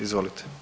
Izvolite.